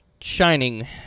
Shining